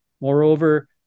Moreover